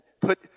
put